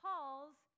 calls